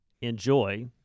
enjoy